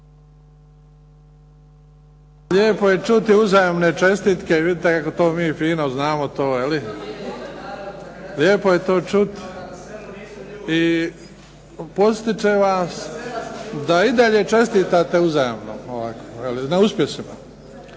Lijepo je čuti uzajamne čestitke. Vidite kako mi to fino znamo to je li. Lijepo je to čuti. I podsjetit ću vas da i dalje čestitate uzajamno ovako na uspjesima.